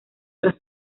tras